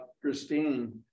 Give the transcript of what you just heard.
Christine